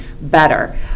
better